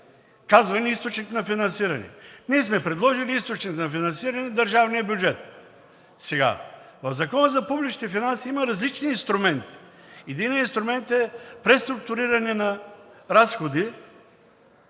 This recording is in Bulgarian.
казва ни „Източник на финансиране“?! Ние сме предложили източник на финансиране – държавния бюджет. Сега в Закона за публичните финанси има различни инструменти. Единият инструмент е преструктуриране на разходи,